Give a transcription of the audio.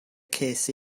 ces